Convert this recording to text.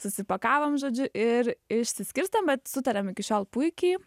susipakavom žodžiu ir išsiskirstėm bet sutariam iki šiol puikiai